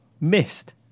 missed